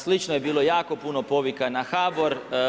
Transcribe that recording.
Slično je bilo jako puno povika na HBOR.